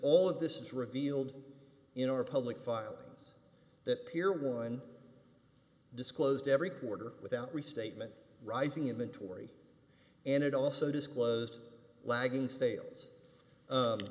of this is revealed in our public filings that pier one disclosed every quarter without restatement rising inventory and it also disclosed lagging s